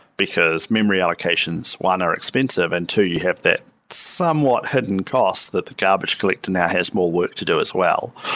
because memory allocations one, are expensive and two, you have that somewhat hidden cost that the garbage collector now has more work to do as well.